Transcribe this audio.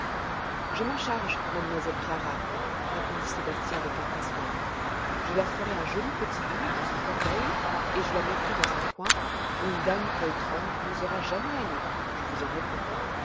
je m'en charge mademoiselle clara répondit sébastien avec empressement je leur ferai un joli petit lit dans une corbeille et je la mettrai dans un coin où une dame poltronne n'osera jamais aller je vous en réponds